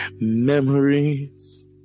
memories